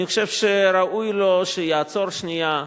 אני חושב שראוי לו שיעצור שנייה,